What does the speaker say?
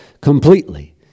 completely